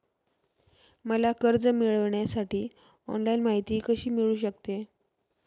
मला कर्ज मिळविण्यासाठी ऑनलाइन माहिती कशी मिळू शकते?